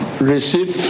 Receive